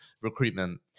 recruitment